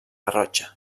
garrotxa